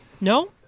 No